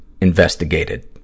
investigated